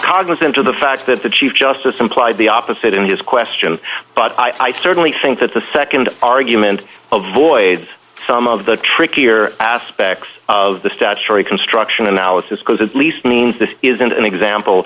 cognizant of the fact that the chief justice implied the opposite in his question but i certainly think that the nd argument of voids some of the trickier aspects of the statutory construction analysis because at least means this isn't an example